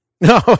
No